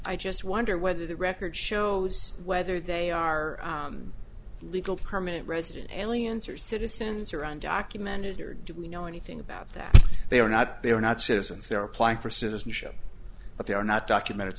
i just wonder whether the record shows whether they are legal permanent resident aliens or citizens are undocumented or do we know anything about that they are not they are not citizens they're applying for citizenship but they are not documented